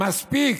מספיק,